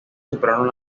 superaron